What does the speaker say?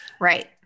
Right